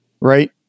right